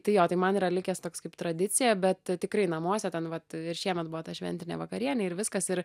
tai jo tai man yra likęs toks kaip tradicija bet tikrai namuose ten vat ir šiemet buvo ta šventinė vakarienė ir viskas ir